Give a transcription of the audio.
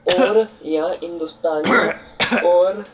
اور یا ہندوستانی اور